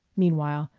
meanwhile,